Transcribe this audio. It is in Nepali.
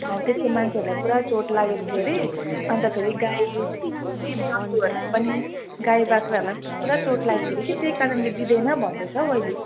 हौ त्यस्तो मान्छेहरूलाई पुरा चोट लागेको थियो अरे अन्त फेरि गाई जीव जन्तुहरूलाई पनि गाई बाख्राहरूलाई पनि पुरा चोट लागेको थियो अरे कि त्यही कारणले दिँदैन भन्दैछ हौ अहिले